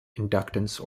inductance